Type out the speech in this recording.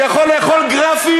אני ראיתי, שיכול לאכול גרפים?